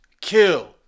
kill